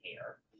hair